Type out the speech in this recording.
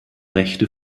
rechte